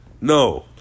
No